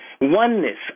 oneness